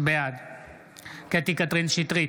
בעד קטי קטרין שטרית,